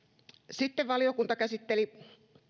sitten valiokunta käsitteli